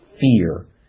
fear